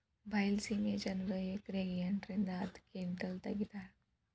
ಬೈಲಸೇಮಿ ಜನರು ಎಕರೆಕ್ ಎಂಟ ರಿಂದ ಹತ್ತ ಕಿಂಟಲ್ ತಗಿತಾರ